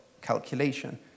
calculation